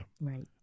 Right